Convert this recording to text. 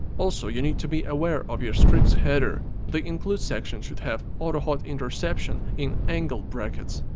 also, you need to be aware of your script's header. the include section should have autohotinterception in angle brackets.